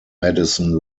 madison